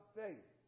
faith